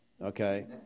Okay